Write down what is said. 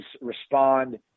respond